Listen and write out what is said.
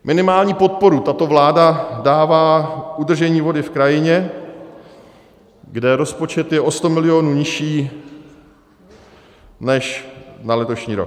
Minimální podporu tato vláda dává udržení vody v krajině, kde rozpočet je o 100 milionů nižší než na letošní rok.